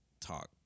talk